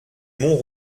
mont